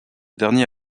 dernier